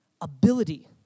ability